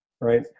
right